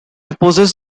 opposes